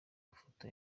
mafoto